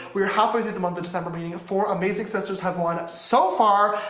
we're halfway through the month of december meaning four amazing sisters have won so far.